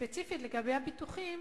ספציפית לגבי הביטוחים,